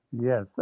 Yes